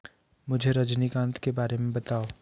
मुझे रजनीकांत के बारे में बताओ